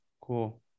Cool